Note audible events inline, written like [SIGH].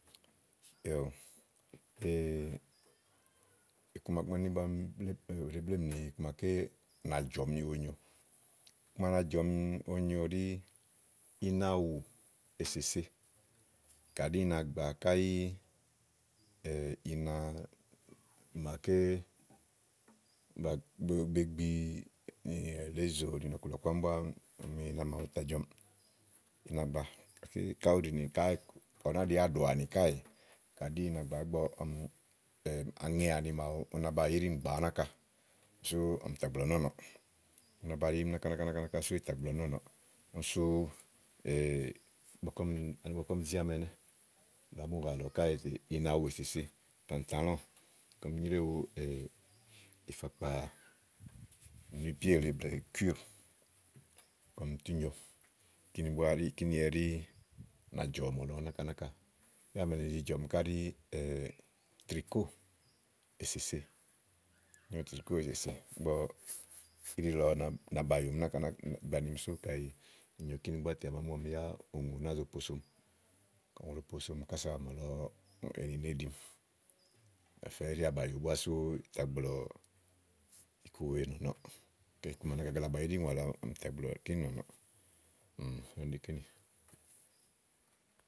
[HESITATION] Iku màa bu ina gbàm bù ɖe blèemì iku màa na jɔmi onyo. Iku màa na jɔ̀mi onyo ɖí, ina áwù, èsèse nàányiku kà ɖi ina gbàa kàɖi ina màa bèé gbi ni lèésì nì ábua bùà káɖi kini, màawu tà jɔ̀ɔmiì. Kayi ú nà ɖi áàɖo áni káèè kàɖì ina gbàa. [HESITATION] ígbɔ ɔmi aŋe áni màawu una baàyu íɖimi ɖɛ́ɛ́ u na baàyu íɖimi gbàa nàka úni sú ɔ̀mì tà gblɔ̀ nɔ́ɔ̀nɔɔ̀. Úni sú [HESITATION] ígbɔké ɔmi zi ámi ɛnɛ́ɛ̀ nàámɔ̀nɔ ètè ina uwo èsèse nì pàntàlɔ̃ɔ̀, ɔmi nyréwu ìfàkpà nùú píè le blɛ̀ɛ kúùɖɛ̀ kɔm tú nyo. Kini búá ɛɖi kíni ɛɖì na jɔ̀ ɔ̀mɔ̀lɔ gbàa náka náka. Ábua màa ne zi jɔ̀mi káɖí ni trìkóò èsèse trikóò èsèse, ígbɔɔ íɖi na baàyumi náka náka, sú kayi ì nyo kini búá tè à màá mu ákà. Tè yá úŋù nàáa zo po somi. Kayi ùŋù ɖòo posomi kása ɔ̀mɔ̀lɔ èni ne ɖìmi. Ìtà fɛ ìɖí abayúu nɔ úni sú ìtà gblɔ̀ iku wèe nɔ́ɔ̀. Iku wèe màa na gagla baàgu íɖi úŋò àlɔ ɔ̀mì tà gblɔ kíni nɔɔ [HESITATION] ́iɖi kíni.